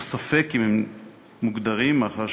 או שיש ספק אם הם מוגדרים כך,